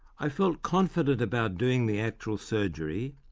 i felt confident about doing the actual surgery,